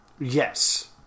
Yes